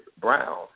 Brown